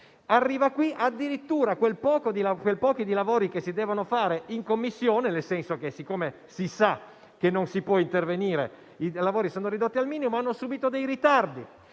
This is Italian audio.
Addirittura quel poco di lavori che si devono fare in Commissione - siccome si sa che non si può intervenire, i lavori sono ridotti al minimo - hanno subito dei ritardi,